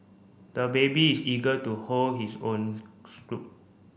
the baby is eager to hold his own